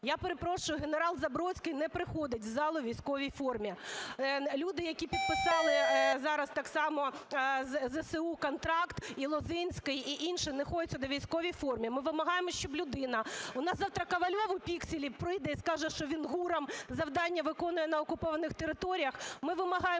Я перепрошую, генерал Забродський не приходить в зал у військовій формі. Люди, які підписали зараз так само з ЗСУ контракт і Лозинський, і інші, не ходять сюди у військовій формі. Ми вимагаємо, щоб людина, у нас завтра Ковальов у пікселі прийде і скаже, що він ГУРом завдання виконує на окупованих територіях? Ми вимагаємо,